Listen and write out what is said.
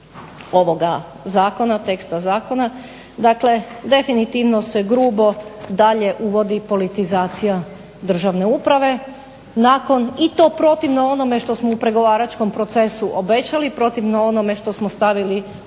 ovoga zakona, teksta zakona. Dakle, definitivno se grubo dalje uvodi politizacija državne uprave nakon i to protivno onome što smo u pregovaračkom procesu obećali, protivno onome što smo stavili u